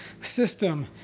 system